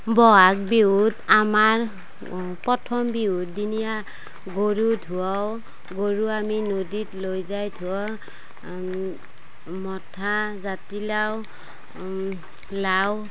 বহাগ বিহুত আমাৰ প্ৰথম বিহুৰ দিনীয়া গৰু ধুৱাওঁ গৰু আমি নদীত লৈ যাই ধুৱাওঁ মথা জাতিলাও লাও